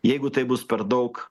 jeigu tai bus per daug